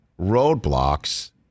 roadblocks